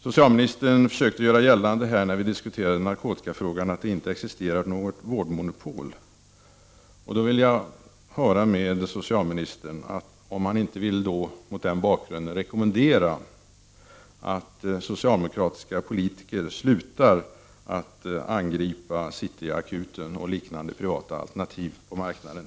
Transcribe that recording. När vi diskuterade narkotikafrågan försökte socialministern göra gällande att det inte existerade något vårdmonopol. Vill inte socialministern mot den bakgrunden rekommendera att socialdemokratiska politiker slutar att angripa City Akuten och liknande privata alternativ på marknaden?